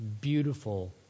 beautiful